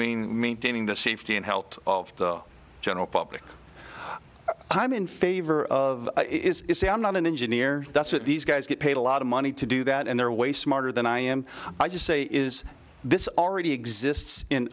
mean maintaining the safety and health of the general public i'm in favor of it is not an engineer that's what these guys get paid a lot of money to do that and they're way smarter than i am i just say is this already exists in